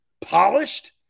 Polished